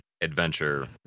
adventure